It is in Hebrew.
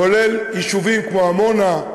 כולל ביישובים כמו עמונה,